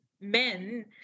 men